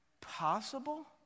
possible